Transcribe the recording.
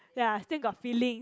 ya still got feeling